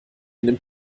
nimmt